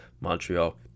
Montreal